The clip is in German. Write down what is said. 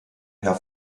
herr